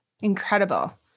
incredible